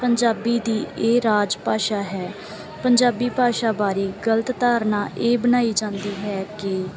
ਪੰਜਾਬੀ ਦੀ ਇਹ ਰਾਜ ਭਾਸ਼ਾ ਹੈ ਪੰਜਾਬੀ ਭਾਸ਼ਾ ਬਾਰੇ ਗਲਤ ਧਾਰਨਾ ਇਹ ਬਣਾਈ ਜਾਂਦੀ ਹੈ ਕਿ